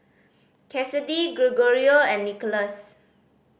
Kassidy Gregorio and Nicholas